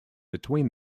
between